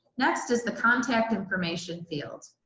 next is the contact information field.